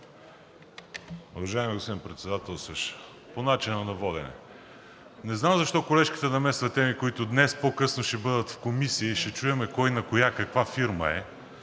Уважаеми господин Председателстващ, по начина на водене. Не знам защо колежката намесва теми, които днес по-късно ще бъдат в комисия и ще чуем кой на коя, каква фирма е;